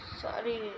Sorry